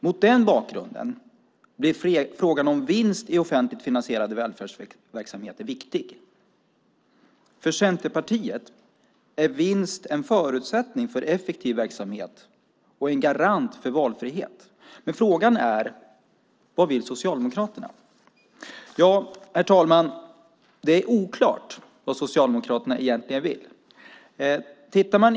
Mot den bakgrunden blir frågan om vinst i offentligt finansierade välfärdsverksamheter viktig. För Centerpartiet är vinst en förutsättning för effektiv verksamhet och en garant för valfrihet. Men frågan är vad Socialdemokraterna vill. Herr talman! Det är oklart vad Socialdemokraterna egentligen vill.